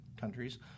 countries